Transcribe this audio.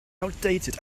outdated